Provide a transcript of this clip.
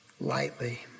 lightly